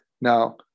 Now